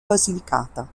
basilicata